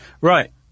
Right